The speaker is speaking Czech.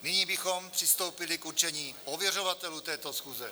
Nyní bychom přistoupili k určení ověřovatelů této schůze.